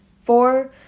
Four